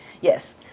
Yes